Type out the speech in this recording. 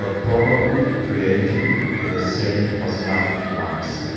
ah probably creating the same plasmatic lamps. and